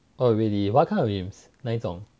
oh really what kind of games 那一种